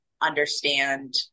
understand